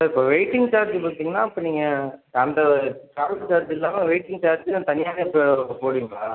sir இப்போ waiting charge பார்த்தீங்கனா இப்போ நீங்கள் அந்த டிராவல் சார்ஜ் இல்லாமல் வெயிட்டிங் சார்ஜும் தனியாகவே போ போடுவீங்களா